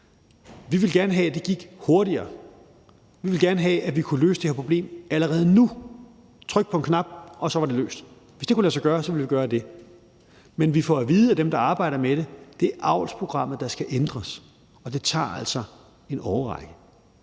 Vi ville gerne have, at det gik hurtigere. Vi ville gerne have, at vi kunne løse det her problem allerede nu: trykke på en knap, og så var det løst. Hvis det kunne lade sig gøre, ville vi gøre det. Men vi får at vide af dem, der arbejder med det, at det er avlsprogrammet, der skal ændres, og det tager altså en årrække.